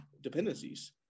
dependencies